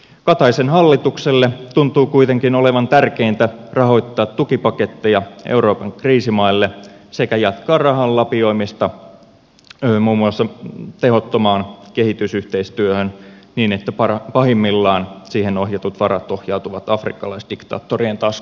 kataisen hallitukselle tuntuu kuitenkin olevan tärkeintä rahoittaa tukipaketteja euroopan kriisimaille sekä jatkaa rahan lapioimista muun muassa tehottomaan kehitysyhteistyöhön niin että pahimmillaan siihen ohjatut varat ohjautuvat afrikkalaisdiktaattorien taskuihin